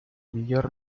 miglior